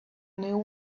new